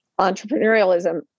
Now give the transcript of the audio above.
entrepreneurialism